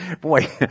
Boy